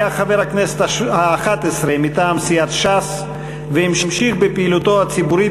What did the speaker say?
היה חבר הכנסת האחת-עשרה מטעם סיעת ש"ס והמשיך בפעילותו הציבורית